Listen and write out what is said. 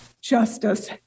justice